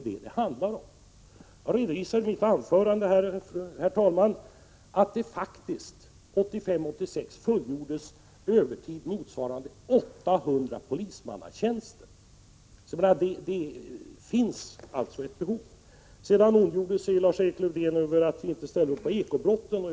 Jag redovisade i mitt anförande, herr talman, att det 1985/86 fullgjordes övertid motsvarande 800 polismannatjänster. Det finns alltså ett behov. Sedan ondgjorde sig Lars-Erik Lövdén över att vi inte ställer upp på bekämpningen av ekobrottsligheten.